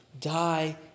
die